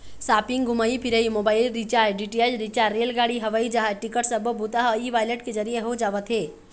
shopping, घूमई फिरई, mobile recharge, DTH recharge, रेलगाड़ी, हवई जहाज टिकट सब्बो बूता ह ई वॉलेट के जरिए हो जावत हे